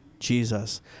Jesus